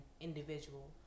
individual